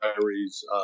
Diaries